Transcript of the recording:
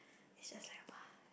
it's just like !wah!